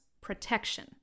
protection